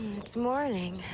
it's morning.